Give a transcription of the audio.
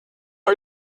ein